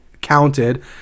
counted